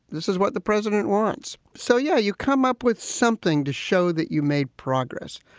this is what the president wants. so, yeah, you come up with something to show that you made progress.